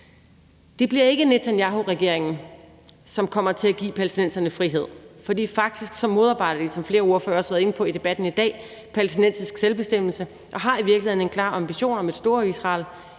Det bliver ikke Netanyahuregeringen, som kommer til at give palæstinenserne frihed. For faktisk modarbejder de, som flere ordførere også har været inde på i debatten i dag, palæstinensisk selvbestemmelse og har i virkeligheden en klar ambition om et Storisrael